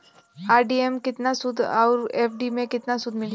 RD मे केतना सूद मिली आउर एफ.डी मे केतना सूद मिली?